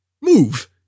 move